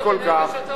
אל תגזול את זמני.